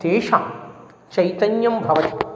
तेषां चैतन्यं भवति